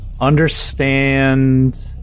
understand